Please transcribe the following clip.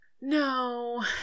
No